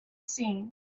seen